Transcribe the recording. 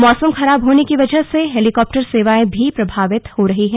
मौसम खराब होने की वजह से हेलिकॉप्टर सेवाएं भी प्रभावित हो रही हैं